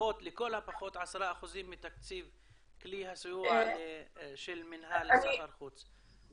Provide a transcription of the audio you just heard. לכל הפחות 10% מתקציב כלי הסיוע של מינהל סחר חוץ?